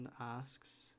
asks